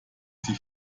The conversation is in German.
sie